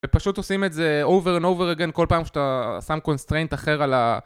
ופשוט עושים את זה over and over again כל פעם שאתה שם constraint אחר על ה...